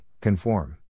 conform